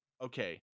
okay